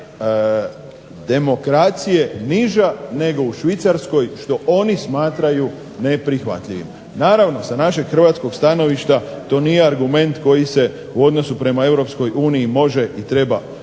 demokracije niža nego u Švicarskoj što oni smatraju neprihvatljivim. Naravno sa našeg hrvatskog stanovišta to nije argumenta koji se u odnosu prema EU može i treba